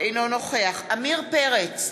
אינו נוכח עמיר פרץ,